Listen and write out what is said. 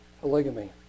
polygamy